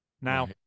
Now